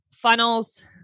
funnels